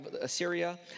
Assyria